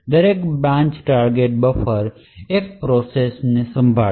દરેક branch target buffer એક process ને સંભાળશે